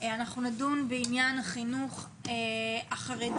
אנחנו נדון בעניין החינוך החרדי,